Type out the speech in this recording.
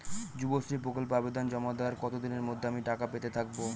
যুবশ্রী প্রকল্পে আবেদন জমা দেওয়ার কতদিনের মধ্যে আমি টাকা পেতে থাকব?